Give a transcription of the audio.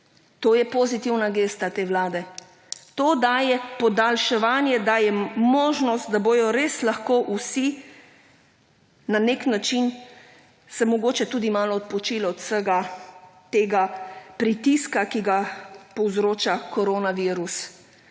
To je pozitivna gesta te Vlade. To daje podaljševanje, daje možnost, da bodo res lahko vsi na nek način se mogoče tudi malo odpočili od vsega tega pritiska, ki ga povzroča koronavirus.